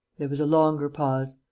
there was a longer pause.